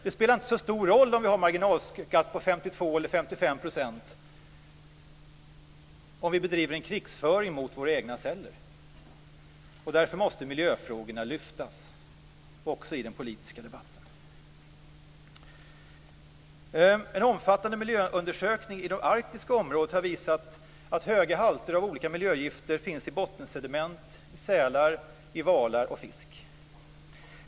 Det spelar inte så stor roll om vi har en marginalskatt på 52 % eller 55 % om vi bedriver en krigföring mot våra egna celler. Därför måste miljöfrågorna lyftas också i den politiska debatten. En omfattande miljöundersökning i det arktiska området har visat att höga halter av olika miljögifter finns i bottensediment, sälar, valar och fisk.